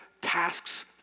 tasks